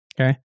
Okay